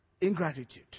ingratitude